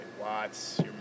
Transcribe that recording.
Watts